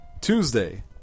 Tuesday